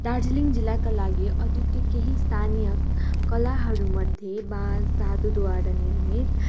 दार्जिलिङ जिल्लाका लागि अद्वितीय केही स्थानीय कलाहरू मध्ये वा धातुद्वारा निर्मित